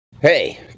Hey